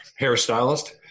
Hairstylist